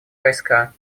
войска